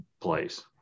place